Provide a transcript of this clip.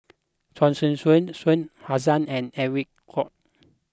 Chia Choo Suan Shah Hussain and Edwin Koek